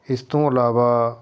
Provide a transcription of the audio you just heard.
ਇਸ ਤੋਂ ਇਲਾਵਾ